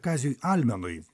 kaziui almenui